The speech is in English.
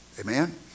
Amen